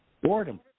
Boredom